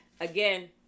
again